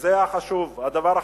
וזה הדבר החשוב,